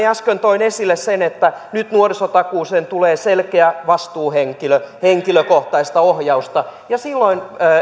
äsken toin esille sen että nyt nuorisotakuuseen tulee selkeä vastuuhenkilö henkilökohtaista ohjausta ja silloin